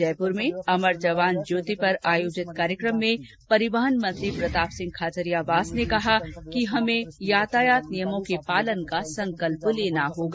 जयप्र में अमर जवान ज्योति पर आयोजित हुए कार्यक्रम में परिवहन मंत्री प्रतापसिंह खाचरियावास ने कहा है कि हमें यातायात नियमों के पालन का संकल्प लेना होगा